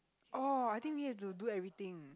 oh I think you have to do everything